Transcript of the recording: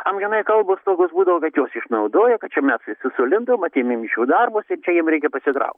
amžinai kalbos tokios būdavo kad juos išnaudoja kad čia mes visi sulindom atėmėm iš jų darbus ir čia jiem reikia pasitraukt